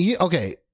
Okay